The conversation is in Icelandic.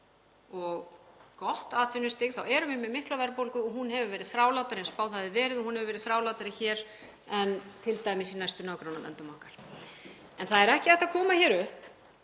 og gott atvinnustig, með mikla verðbólgu og hún hefur verið þrálátari en spáð hafði verið og hún hefur verið þrálátari hér en t.d. í næstu nágrannalöndum okkar. En það er ekki hægt að koma hér upp